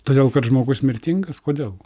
todėl kad žmogus mirtingas kodėl